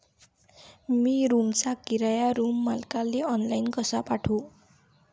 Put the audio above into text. मी रूमचा किराया रूम मालकाले ऑनलाईन कसा पाठवू?